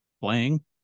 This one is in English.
playing